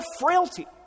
frailty